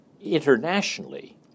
internationally